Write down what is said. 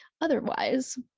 otherwise